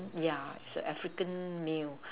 yeah it's an African meal